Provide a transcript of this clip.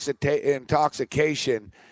intoxication